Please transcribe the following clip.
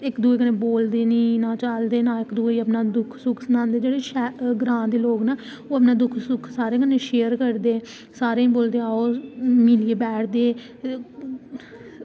इक्क दूए कन्नै बोलदे निं ना चालदे ना इक्क दूए गी अपना दुख सुख सनांदे जेह्ड़े ग्रांऽ दे लोग न ओह् अपना दुख सुख सारें कन्नै शेयर करदे सारें ई बोलदे आओ मिलियै बैठदे